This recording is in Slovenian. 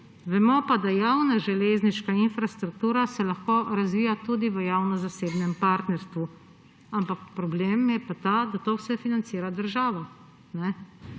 Vemo pa, da javna železniška infrastrukture se lahko razvija tudi v javno- zasebnem partnerstvu, ampak problem je pa ta, da to vse financira država.